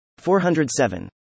407